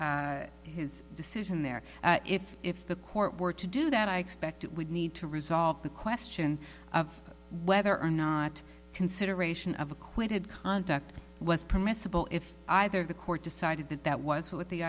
his decision there if if the court were to do that i expect it would need to resolve the question of whether or not consideration of acquainted conduct was permissible if either the court decided that that was what the